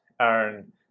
Aaron